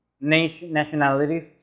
nationalities